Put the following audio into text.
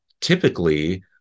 Typically